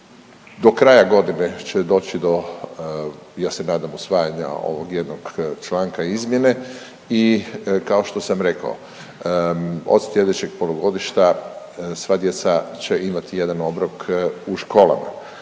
Do kraja godine će doći do, ja se nadam, usvajanja ovog jednog članka izmjene i kao što sam rekao od sljedećeg polugodišta sva djeca će imati jedan obrok u školama.